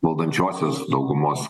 valdančiosios daugumos